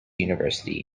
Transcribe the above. university